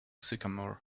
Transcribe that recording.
sycamore